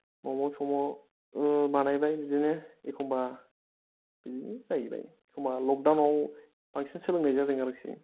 मम' सम' ओ बानायबाय बिदिनो एखमबा बिदिनो जाहैबाय एखमबा लकदाउनाव बांसिन सोलोंनाय जादों आरोखि